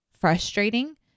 frustrating